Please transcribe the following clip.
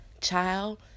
child